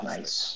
Nice